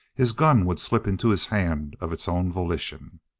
his gun would slip into his hand of its own volition.